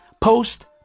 post